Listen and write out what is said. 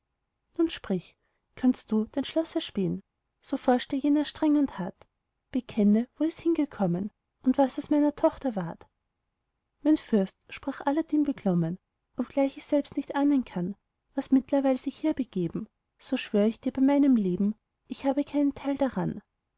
nun sprich kannst du dein schloß erspähn so forschte jener streng und hart bekenne wo es hingekommen und was aus meiner tochter ward mein fürst sprach aladdin beklommen obgleich ich selbst nicht ahnen kann was mittlerweil sich hier begeben so schwör ich dir bei meinem leben ich habe keinen teil daran